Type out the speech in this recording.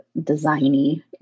designy